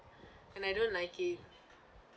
and I don't like it